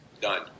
done